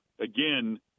Again